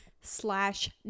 slash